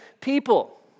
people